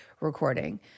recording